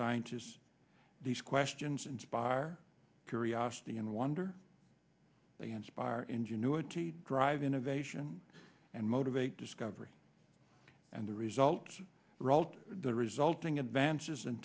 scientists these questions inspire curiosity and wonder they inspire ingenuity drive innovation and motivate discovery and the results are out the resulting advances in